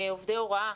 עובדי הוראה,